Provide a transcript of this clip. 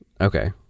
Okay